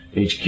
HQ